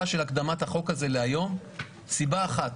של הקדמת החוק הזה להיום סיבה אחת,